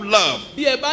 love